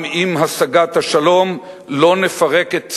גם עם השגת השלום לא נפרק את צה"ל.